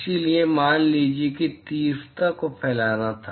इसलिए मान लीजिए कि तीव्रता को फैलाना था